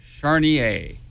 Charnier